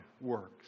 works